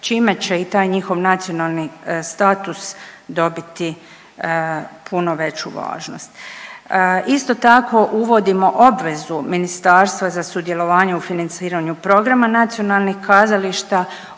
čime će i taj njihov nacionalni status dobiti puno veću važnost. Isto tako uvodimo obvezu ministarstva za sudjelovanje u financiranju programa nacionalnih kazališta